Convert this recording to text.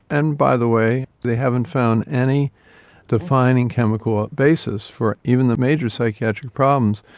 and, by the way, they haven't found any defining chemical basis for even the major psychiatric problems,